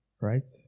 right